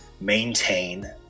maintain